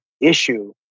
issue